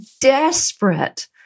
desperate